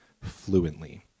fluently